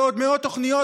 ועוד מאות תוכניות,